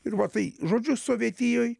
ir va tai žodžiu sovietijoj